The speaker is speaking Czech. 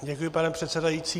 Děkuji, pane předsedající.